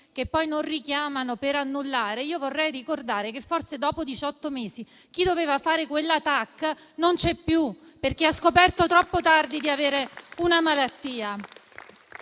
che poi non richiamano per annullare, vorrei ricordare che, forse, dopo diciotto mesi, chi doveva fare quella TAC non c'è più, perché ha scoperto troppo tardi di avere una malattia.